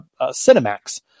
Cinemax